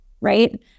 right